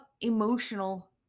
emotional